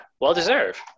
well-deserved